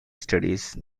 studies